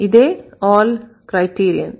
ఇదే 'all' criterion